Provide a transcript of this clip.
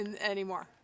anymore